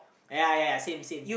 ya ya ya same same